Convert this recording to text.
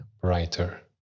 brighter